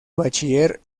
bachiller